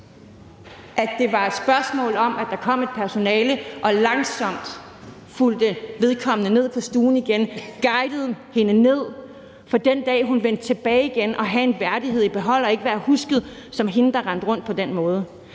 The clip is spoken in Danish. at det var et spørgsmål om, at der kom noget personale og langsomt fulgte hende ned på stuen igen, guidede hende ned, for at hun den dag, hun vendte tilbage igen, ville have en værdighed i behold og ikke være husket som hende, der rendte rundt på den måde.